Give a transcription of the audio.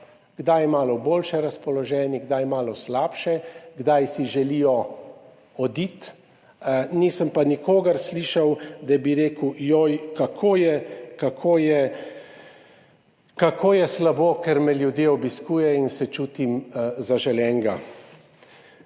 kdaj malo boljše razpoloženi, kdaj malo slabše, kdaj si želijo oditi, nisem pa nikogar slišal, da bi rekel, joj, kako je kako je slabo, ker me ljudje obiskujejo in se čutim zaželenega.